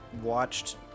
watched